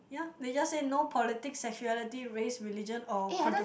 ya they just say no politics sexuality race religion or controversies